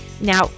Now